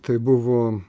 tai buvo